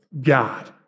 God